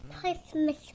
Christmas